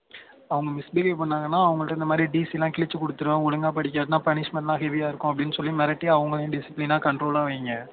அவங்க மிஸ்பிஹேவ் பண்ணிணாங்கனா அவங்கள்ட்ட இந்தமாதிரி டீசிலாம் கிழிச்சு கொடுத்துருவேன் ஒழுங்காக படிக்காட்டினா பனிஷ்மண்ட்லாம் ஹெவியாகருக்கும் அப்படின்னு சொல்லி மிரட்டி அவங்களையும் டிசிப்பிலீனாக கண்ட்ரோலாக வையுங்க